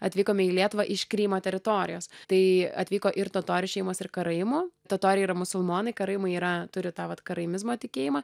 atvykome į lietuvą iš krymo teritorijos tai atvyko ir totorių šeimos ir karaimų totoriai yra musulmonai karaimai yra turi tą vat karaimizmo tikėjimą